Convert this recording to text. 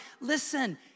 Listen